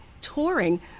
touring